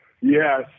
Yes